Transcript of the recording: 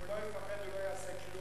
אם הוא לא יפחד הוא לא יעשה כלום.